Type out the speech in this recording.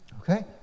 Okay